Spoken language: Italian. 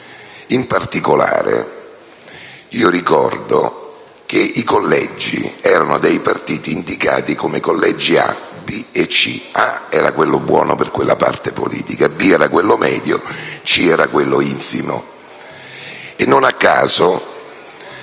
In particolare, ricordo che i collegi erano indicati dai partiti come collegi A, B e C: A era quello buono per quella parte politica; B era quello medio; C era quello infimo. Non a caso